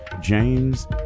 James